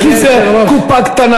כי זה קופה קטנה,